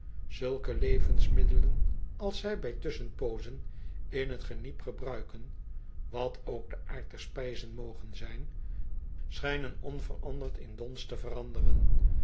zulke levensmiddelen als zij bij tusschenpoozen in t geniep gebruiken wat ook de aard der spijzen moge zijn schijnen onveranderlijk in dons te veranderen